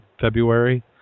February